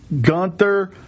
Gunther